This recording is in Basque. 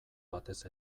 batez